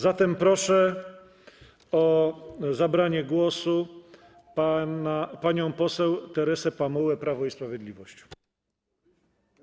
Zatem proszę o zabranie głosu panią poseł Teresę Pamułę, Prawo i Sprawiedliwość.